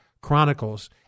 Chronicles